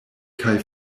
kaj